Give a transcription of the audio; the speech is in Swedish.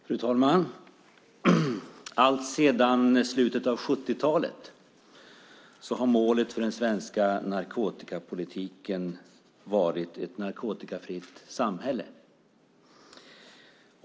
Fru talman! Alltsedan slutet av 1970-talet har målet för den svenska narkotikapolitiken varit ett narkotikafritt samhälle.